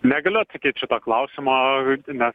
negaliu atsakyt šito klausimo nes